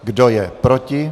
Kdo je proti?